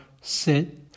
sit